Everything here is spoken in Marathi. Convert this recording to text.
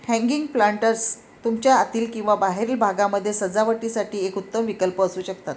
हँगिंग प्लांटर्स तुमच्या आतील किंवा बाहेरील भागामध्ये सजावटीसाठी एक उत्तम विकल्प असू शकतात